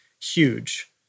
huge